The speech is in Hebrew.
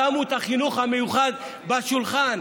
שמו את החינוך המיוחד על השולחן.